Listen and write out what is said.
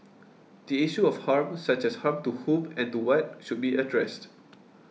the issue of harm such as harm to whom and to what should be addressed